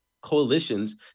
coalitions